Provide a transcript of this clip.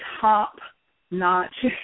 top-notch